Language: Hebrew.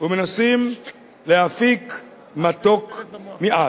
ומנסים להפיק מתוק מעז.